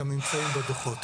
הממצאים בדוחות.